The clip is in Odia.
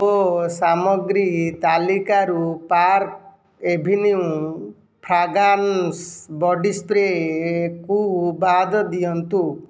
ମୋ ସାମଗ୍ରୀ ତାଲିକାରୁ ପାର୍କ୍ ଏଭିନ୍ୟୁ ଫ୍ରେଗନାନ୍ସ ବଡ଼ି ସ୍ପ୍ରେକୁ ବାଦ ଦିଅନ୍ତୁ